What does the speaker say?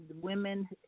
Women